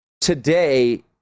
Today